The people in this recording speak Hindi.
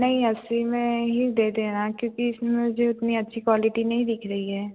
नहीं अस्सी में ही दे देना क्योंकि इसमें मुझे उतनी अच्छी क्वालिटी नहीं दिख रही है